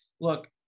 look